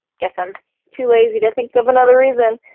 guess i'm too lazy to think of another reason.